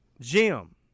Jim